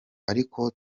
ariko